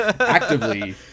actively